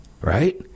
right